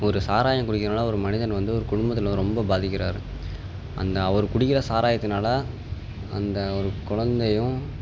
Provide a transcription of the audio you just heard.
ஒரு சாராயம் குடிக்கிறனால ஒரு மனிதன் வந்து ஒரு குடும்பத்தில் ரொம்ப பாதிக்கிறார் அந்த அவர் குடிக்கிற சாராயத்துனால அந்த ஒரு குலந்தையும்